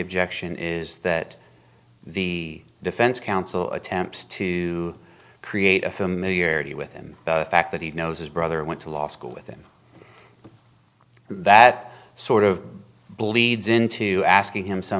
objection is that the defense counsel attempts to create a familiarity with him fact that he knows his brother went to law school with him that sort of bleeds into asking him some